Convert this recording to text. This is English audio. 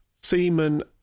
Seaman